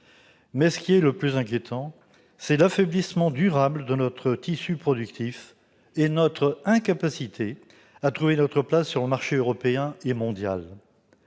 Ce qui est le plus inquiétant, c'est l'affaiblissement durable de notre tissu productif et notre incapacité à trouver notre place sur le marché européen et mondial.